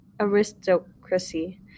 aristocracy